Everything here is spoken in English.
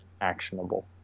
actionable